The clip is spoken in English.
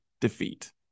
defeat